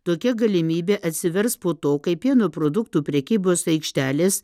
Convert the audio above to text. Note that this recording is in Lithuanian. tokia galimybė atsivers po to kai pieno produktų prekybos aikštelės